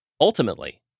Ultimately